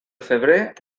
febrer